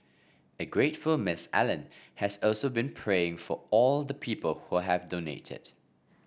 a grateful Miss Allen has also been praying for all the people who have donated